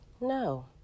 No